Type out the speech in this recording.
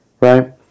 Right